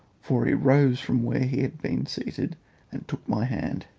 for he rose from where he had been seated and took my hand.